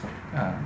ah